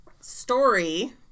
Story